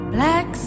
Black